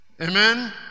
Amen